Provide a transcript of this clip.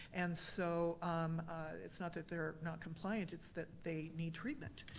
and so it's not that they're not compliant, it's that they need treatment.